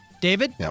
David